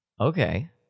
Okay